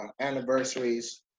anniversaries